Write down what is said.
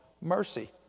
mercy